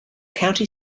county